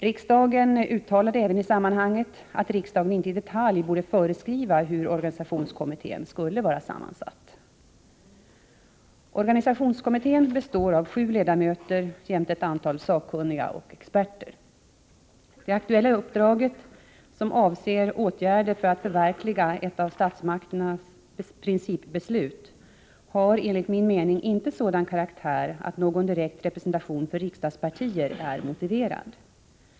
Riksdagen uttalade även i sammanhanget att riksdagen inte i detalj borde föreskriva hur organisationskommittén skulle vara sammansatt . Organisationskommittén består av sju ledamöter jämte ett antal sakkunniga och experter. Det aktuella uppdraget — som avser åtgärder för att förverkliga ett statsmakternas principbeslut — har enligt min mening inte sådan karaktär att någon direkt representation för riksdagspartier är motiverad.